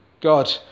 God